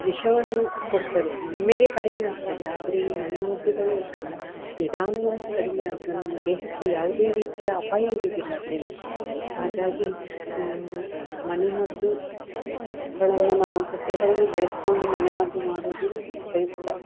ವಿಷವನ್ನು ಕೊಡ್ತದೆ ಒಮ್ಮೆಗೆ ಕಡಿಮೆಯಾಗ್ತದೆ ಆದರೆ ಈ ಮನೆಮದ್ದುಗಳು ಉಂಟಲ್ಲ ನಿಧಾನವಾಗಿ ಕಡಿಮೆ ಆದ್ರೂ ನಮ್ಮ ದೇಹಕ್ಕೆ ಯಾವುದೇ ರೀತಿಯ ಅಪಾಯ ಇರುವುದಿಲ್ಲ ಅದರಿಂದ ಹಾಗಾಗಿ ಮನೆಮದ್ದುಗಳನ್ನು ನಾವು ಸಸ್ಯಗಳನ್ನು ಬೆಳೆಸಿಕೊಂಡು ಮನೆಮದ್ದು ಮಾಡುವುದು ಉಪಯುಕ್ತ